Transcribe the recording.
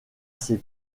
ses